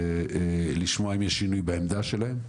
לשמוע אם יש שינוי בעמדה שלהם.